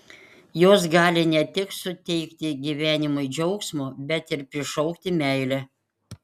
jos gali ne tik suteikti gyvenimui džiaugsmo bet ir prišaukti meilę